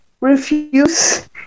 refuse